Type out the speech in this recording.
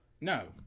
No